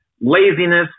laziness